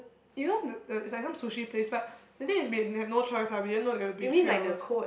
you know the the it's some sushi place but the thing is we have no choice ah we didn't know it would be three hours